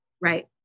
right